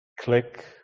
click